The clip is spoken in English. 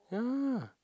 ya